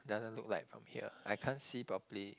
doesn't look like from here I can't see properly